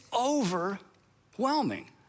overwhelming